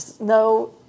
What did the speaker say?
no